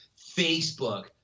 facebook